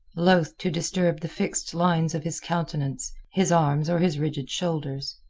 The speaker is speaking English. loath to disturb the fixed lines of his countenance, his arms, or his rigid shoulders.